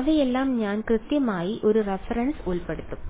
അവയെല്ലാം ഞാൻ കൃത്യമായി ഒരു റഫറൻസ് ഉൾപ്പെടുത്തും